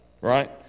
Right